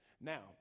Now